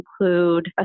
include